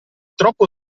troppo